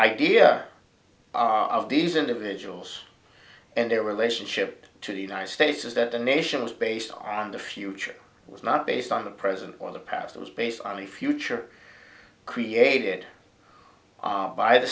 these individuals and their relationship to the united states is that the nation was based on the future was not based on the present or the past it was based on the future created by the